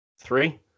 Three